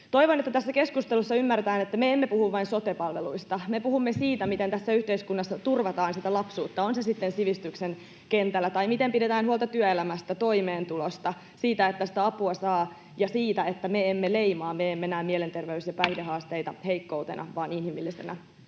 Toivon, että tässä keskustelussa ymmärretään, että me emme puhu vain sote-palveluista. Me puhumme siitä, miten tässä yhteiskunnassa turvataan sitä lapsuutta, on se sitten vaikka sivistyksen kentällä, tai miten pidetään huolta työelämästä, toimeentulosta, siitä, että sitä apua saa, ja siitä, että me emme leimaa, me emme näe mielenterveys- ja päihdehaasteita heikkoutena vaan inhimillisinä